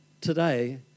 today